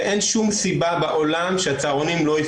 הנה בגן של הילד שלי, המוסד אומר לצהרון ללכת.